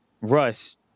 Russ